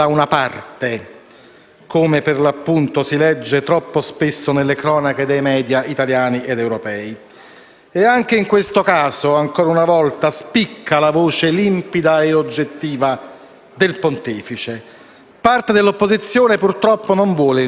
democrazia, perché quel sacrificio e quella rinuncia si ritorcono sempre a svantaggio degli oppressi, anche quando fossero decise in nome degli oppressi. Però credo che tale affermazione, che vogliamo pronunciare senza ambiguità,